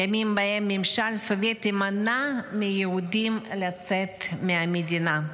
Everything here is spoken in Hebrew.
ימים שבהם הממשל הסובייטי מנע מיהודים לצאת מהמדינה.